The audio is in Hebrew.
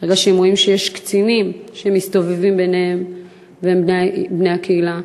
ברגע שהם רואים שיש קצינים שמסתובבים ביניהם והם בני הקהילה,